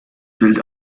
bild